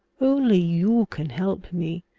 only you can help me,